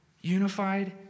Unified